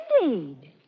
Indeed